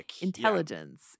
intelligence